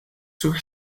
sur